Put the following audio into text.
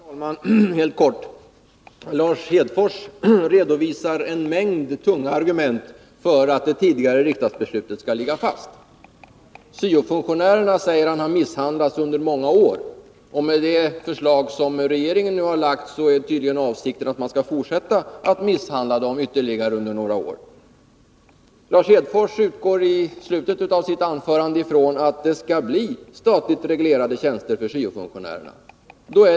Herr talman! Helt kort! Lars Hedfors redovisar en mängd tunga argument för att det tidigare riksdagsbeslutet skall ligga fast. Han säger att syofunktionärerna har misshandlats under många år. Avsikten med det förslag som regeringen nu har lagt fram är tydligen att man skall fortsätta att misshandla dem ytterligare under några år. Lars Hedfors utgår i slutet av sitt anförande ifrån att det skall bli statligt reglerade tjänster för syo-funktionärerna.